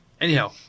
Anyhow